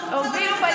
גברתי השרה,